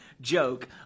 joke